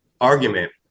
argument